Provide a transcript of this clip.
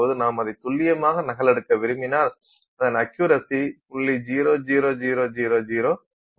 நாம் அதை துல்லியமாக நகலெடுக்க விரும்பினால் அதன் அக்யுரசி 0